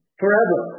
forever